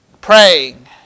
praying